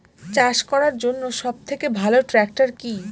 চাষ করার জন্য সবথেকে ভালো ট্র্যাক্টর কি?